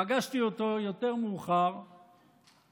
פגשתי אותו מאוחר יותר